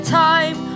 time